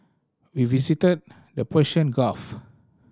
we visited the Persian Gulf